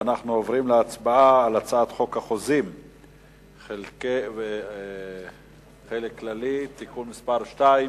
אנחנו עוברים להצבעה על הצעת חוק החוזים (חלק כללי) (תיקון מס' 2)